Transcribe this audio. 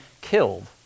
killed